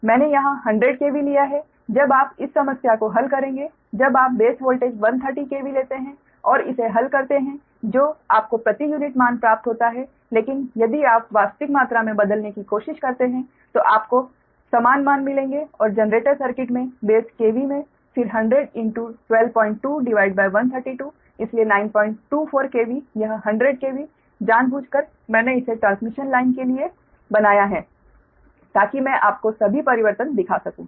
मैंने यहां 100 KV लिया है जब आप इस समस्या को हल करेंगे जब आप बेस वोल्टेज 130 KV लेते हैं और इसे हल करते हैं जो आपको प्रति यूनिट मान प्राप्त होता है लेकिन यदि आप वास्तविक मात्रा में बदलने की कोशिश करते हैं तो आपको समान मान मिलेंगे और जनरेटर सर्किट मे बेस KV में फिर 100122 132 इसलिए 924 KV यह 100 KV जानबूझकर मैंने इसे ट्रांसमिशन लाइन के लिए बनाया है ताकि मैं आपको सभी परिवर्तन दिखा सकूं